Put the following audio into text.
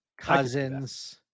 Cousins